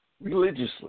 religiously